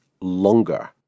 longer